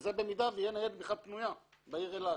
וזה במידה שתהיה בכלל ניידת פנויה בעיר אילת.